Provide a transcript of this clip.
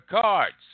cards